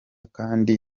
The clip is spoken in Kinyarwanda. kandi